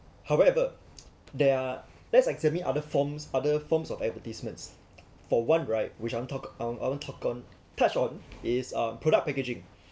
however there are let's examine other forms other forms of advertisements for one right which I want talk I want I want talk on touch on is um product packaging